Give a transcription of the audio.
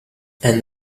and